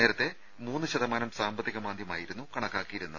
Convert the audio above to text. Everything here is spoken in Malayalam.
നേരത്തെ മൂന്നു ശതമാനം സാമ്പത്തിക മാന്ദ്യമായിരുന്നു കണക്കാക്കിയിരുന്നത്